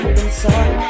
inside